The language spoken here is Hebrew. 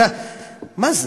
מה זה?